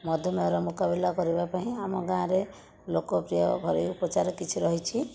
ମଧୁମେହର ମୁକାବିଲା କରିବା ପାଇଁ ଆମ ଗାଁରେ ଲୋକପ୍ରିୟ ଘରୋଇ ଉପଚାର କିଛି ରହିଛି